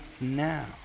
now